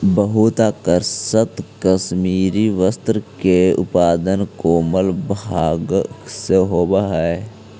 बहुते आकर्षक कश्मीरी वस्त्र के उत्पादन कोमल धागा से होवऽ हइ